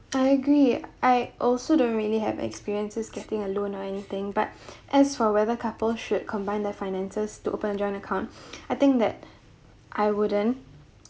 I agree I also don't really have experiences getting a loan or anything but as for whether couple should combine their finances to open a joint account I think that I wouldn't